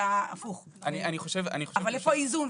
אבל איפה האיזון?